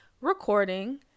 recording